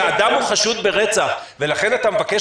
שהאדם הוא חשוד ברצח ולכן אתה מבקש